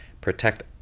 protect